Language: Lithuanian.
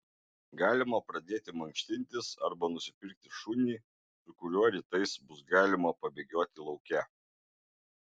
galima pradėti mankštintis arba nusipirkti šunį su kuriuo rytais bus galima pabėgioti lauke